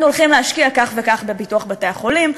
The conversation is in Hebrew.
אנחנו הולכים להשקיע כך וכך בפיתוח בתי-החולים,